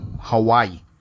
hawaii